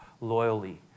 loyally